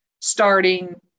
starting